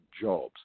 jobs